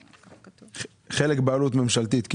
חלק בעלות ממשלתית כן?